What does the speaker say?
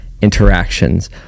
interactions